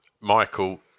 Michael